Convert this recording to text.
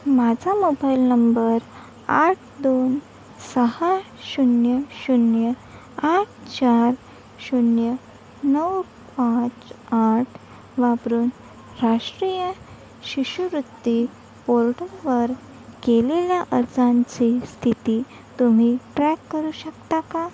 माझा mobile number आठ दोन सहा शून्य शून्य आठ चार शून्य नऊ पाच आठ वापरून राष्ट्रीय शिष्यवृत्ती पोर्टलवर केलेल्या अर्जांची स्थिती तुम्ही ट्रॅक करू शकता का